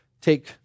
take